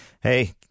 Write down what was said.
Hey